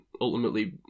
ultimately